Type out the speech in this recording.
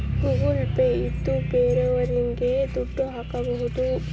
Google Pay ಇಂದ ಬೇರೋರಿಗೆ ದುಡ್ಡು ಹಾಕ್ಬೋದು